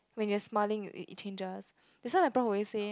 when you are smiling it changes that's why my prof always say